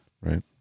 Right